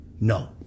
No